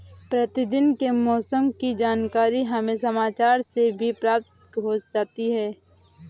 प्रतिदिन के मौसम की जानकारी हमें समाचार से भी प्राप्त हो जाती है